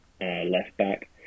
left-back